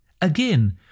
Again